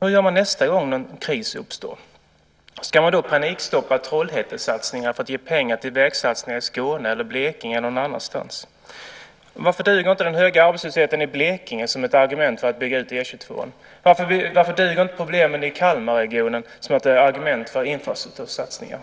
Hur gör man nästa gång en kris uppstår? Ska man då panikstoppa Trollhättesatsningar för att få pengar till vägsatsningar i Skåne, Blekinge eller någon annanstans? Varför duger inte den höga arbetslösheten i Blekinge som ett argument för att bygga ut E 22? Varför duger inte problemen i Kalmarregionen som ett argument för infrastruktursatsningar?